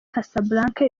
casablanca